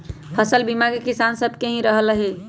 फसल बीमा से किसान सभके लाभ हो रहल हइ